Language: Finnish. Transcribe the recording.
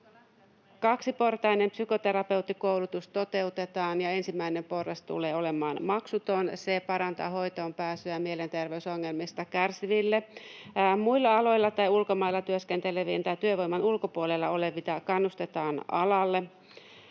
Kaksiportainen psykoterapeuttikoulutus toteutetaan, ja ensimmäinen porras tulee olemaan maksuton. Se parantaa hoitoonpääsyä mielenterveysongelmista kärsiville. Muilla aloilla tai ulkomailla työskenteleviä tai työvoiman ulkopuolella olevia kannustetaan alalle.